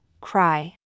Cry